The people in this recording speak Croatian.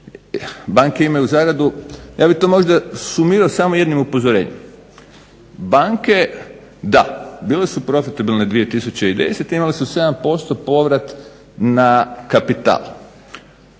banke imaju zaradu, ja bih to možda sumirao samo jednim upozorenjem, banke da, bile su profitabilne 2010. imale su 7% povrat na kapital.